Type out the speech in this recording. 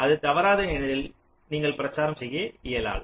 அது தவறானது எனில் நீங்கள் பிரச்சாரம் செய்ய இயலாது